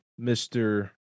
Mr